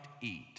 eat